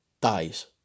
dies